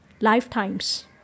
lifetimes